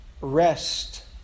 rest